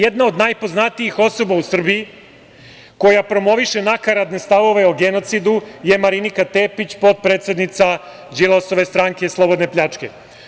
Jedna od najpoznatijih osoba u Srbiji koja promoviše nakaradne stavove o genocidu je Marinika Tepić, potpredsednica Đilasove stranke slobodne pljačke.